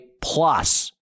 plus